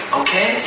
okay